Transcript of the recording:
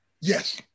yes